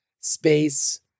space